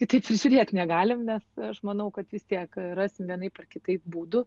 kitaip ir žiūrėt negalim nes aš manau kad vis tiek rasim vienaip ar kitaip būdų